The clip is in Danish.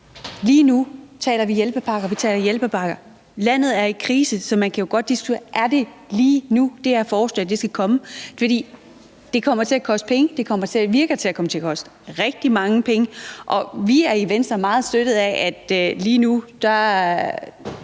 lige nu taler vi hjælpepakker. Landet er i krise, så man kan jo godt diskutere, om det er lige nu, at det her forslag skal komme, for det kommer til at koste penge – det lyder til at komme til at koste rigtig mange penge – og vi er i Venstre meget optaget af, at der lige nu er